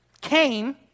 Came